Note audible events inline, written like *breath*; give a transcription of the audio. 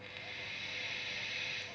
*breath*